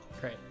great